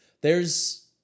There's-